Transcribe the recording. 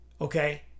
Okay